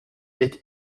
est